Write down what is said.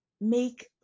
make